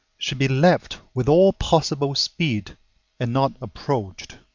should be left with all possible speed and not approached.